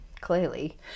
clearly